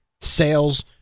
sales